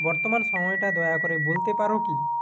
বর্তমান সময়টা দয়া করে বলতে পারো কি